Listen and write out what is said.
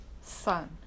sun